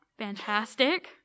fantastic